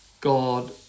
God